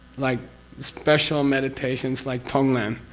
like special meditations like tonglen.